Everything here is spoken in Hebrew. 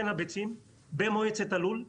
מעבר לשדרוג של הלולים